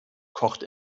kocht